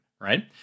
Right